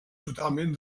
totalment